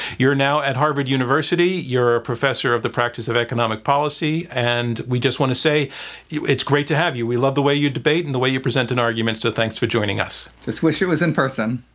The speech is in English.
you're now at harvard university you're a professor of the practice of economic policy and we just want to say it's great to have you. we love the way you debate and the way you present an argument. so thanks for joining us. just wish it was in person.